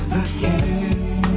again